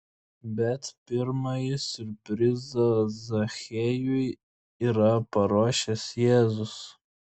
bet pirmąjį siurprizą zachiejui yra paruošęs jėzus